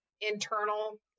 Internal